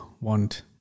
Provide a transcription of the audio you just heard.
want